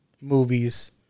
Movies